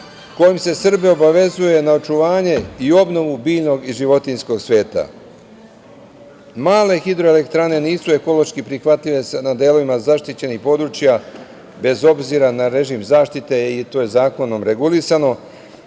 kojim se Srbija obavezuje na očuvanju i obnovu biljnog i životinjskog sveta. Male hidroelektrane nisu ekološki prihvatljive na delovima zaštićenih područja, bez obzira na režim zaštite i to je zakonom regulisano,